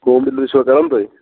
home delivery چھُوا کَران تُہۍ